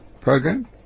program